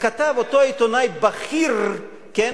זה התפרסם, כתב אותו עיתונאי בכיר מאמר,